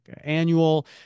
annual